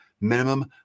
Minimum